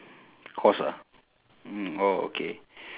cost ah mm oh okay